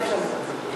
אי-אפשר לפספס את זה.